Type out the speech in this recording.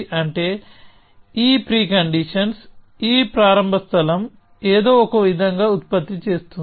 అంటే ఈ preconditions ఈ ప్రారంభ స్థలం ఏదో ఒకవిధంగా ఉత్పత్తి చేస్తుంది